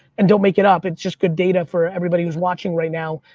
and don't make it up, it's just good data for everybody who's watching right now,